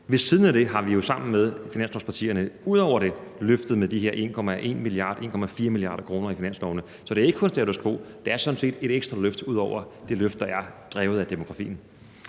Ved siden af det har vi jo sammen med finanslovspartierne løftet med de her 1,1 mia. kr. og 1,4 mia. kr. i finanslovene. Så det er ikke kun status quo, men det er sådan set et ekstra løft ud over det løft, der er drevet af demografien.